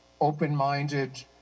open-minded